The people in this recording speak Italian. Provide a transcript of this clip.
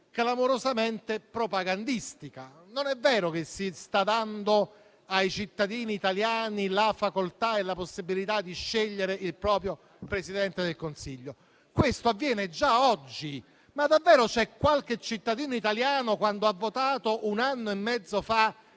clamorosamente propagandistica. Non è vero che si sta dando ai cittadini italiani la facoltà e la possibilità di scegliere il proprio Presidente del Consiglio, perché questo avviene già oggi: ma davvero c'è qualche cittadino italiano che, quando ha votato un anno e mezzo fa